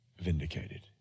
vindicated